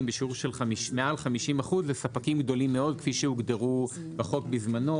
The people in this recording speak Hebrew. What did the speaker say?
בשיעור של מעל 50% לספקים גדולים מאוד כפי שהוגדרו בחוק בזמנו,